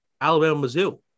Alabama-Mizzou